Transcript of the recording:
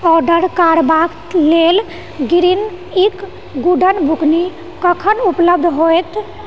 order करबाक लेल greens इन गुड़क बुकनी कखन उपलब्ध होएत